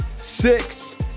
Six